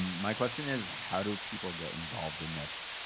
my question is, how do people get involved in this?